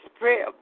prayer